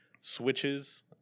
switches